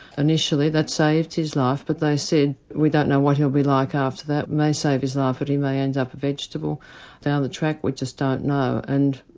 initially that saved his life but they said we don't know what he'll be like after that, it may save his life but he may end up a vegetable down the track, we just don't know. and